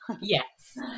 yes